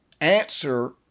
answer